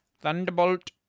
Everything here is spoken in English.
Thunderbolt